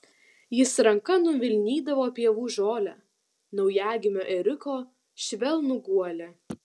jis ranka nuvilnydavo pievų žolę naujagimio ėriuko švelnų guolį